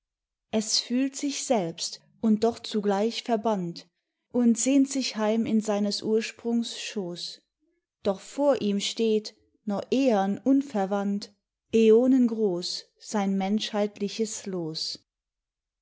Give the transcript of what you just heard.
es fühlt sich selbst und doch zugleich verbannt und sehnt sich heim in seines ursprungs schoß doch vor ihm steht noch ehern unverwandt äonengroß sein menschheitliches los